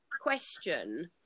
question